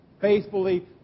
Faithfully